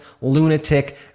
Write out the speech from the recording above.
lunatic